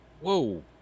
Whoa